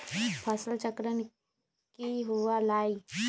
फसल चक्रण की हुआ लाई?